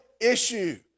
issue